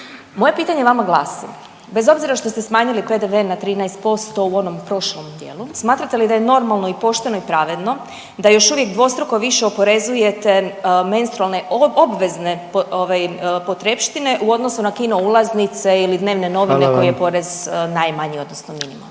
Moje pitanje vama glasi, bez obzira što ste smanjili PDV na 13% u onom prošlom dijelu, smatrate li da je normalno i pošteno i pravedno da još uvijek dvostruko više oporezujete menstrualne obvezne potrepštine u odnosu na kino ulaznice ili dnevne …/Upadica predsjednik: Hvala vam./…